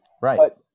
right